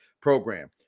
program